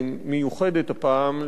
מיוחדת הפעם,